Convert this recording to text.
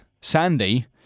Sandy